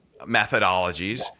methodologies